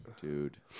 Dude